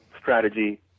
strategy